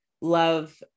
love